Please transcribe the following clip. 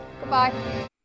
Goodbye